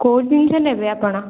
କେଉଁ ଜିନିଷ ନେବେ ଆପଣ